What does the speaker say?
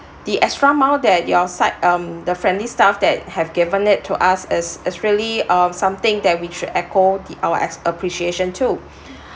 the extra mile that your side um the friendly staff that have given it to us is is really um something that we should echo the our ex~ appreciation to